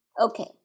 Okay